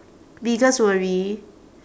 biggest worry